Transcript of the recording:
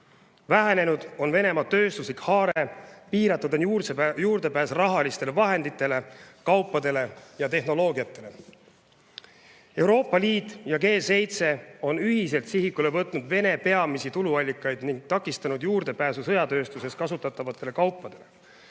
Vähenenud on Venemaa tööstuslik haare, piiratud on juurdepääs rahalistele vahenditele, kaupadele ja tehnoloogiale. Euroopa Liit ja G7 on ühiselt sihikule võtnud Vene peamisi tuluallikaid ning takistanud juurdepääsu sõjatööstuses kasutatavatele kaupadele.